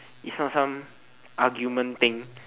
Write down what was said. it is not some argument thing